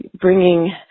bringing